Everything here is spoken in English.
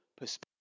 perspective